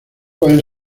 pueden